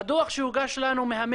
בדוח שהוגש לנו ממרכז